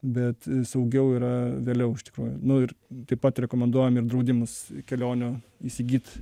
bet saugiau yra vėliau iš tikrųjų nu ir taip pat rekomenduojam ir draudimus kelionių įsigyt